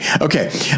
Okay